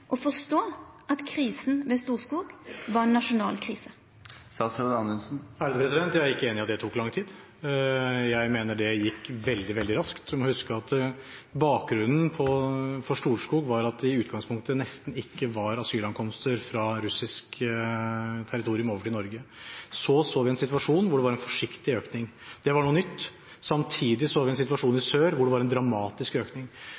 å forstå at krisen ved Storskog var ein nasjonal krise. Jeg er ikke enig i at det tok lang tid. Jeg mener det gikk veldig, veldig raskt. Man må huske at bakgrunnen for Storskog var at det i utgangspunktet nesten ikke var asylankomster fra russisk territorium over til Norge. Så så vi en situasjon hvor det var en forsiktig økning. Det var noe nytt. Samtidig så vi en situasjon i sør, hvor det var en dramatisk økning.